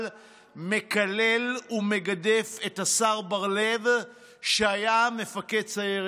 שמקלל ומגדף את השר בר לב, שהיה מפקד סיירת מטכ"ל.